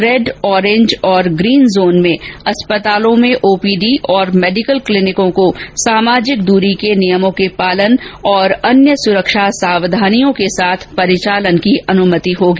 red orange green zone में अस्पतालों में ओपीडी और मेडिकल क्लीनिकों को सामाजिक दूरी के नियमों के पालन और अन्य सुरक्षा सावधानियों के साथ परिचालन की अनुमति होगी